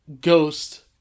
ghost